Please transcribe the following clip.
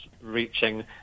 reaching